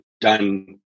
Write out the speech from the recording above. done